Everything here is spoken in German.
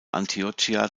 antiochia